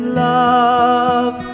love